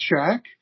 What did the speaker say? check